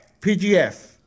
PGF